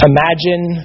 Imagine